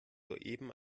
soeben